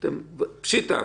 הטענה